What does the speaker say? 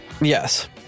Yes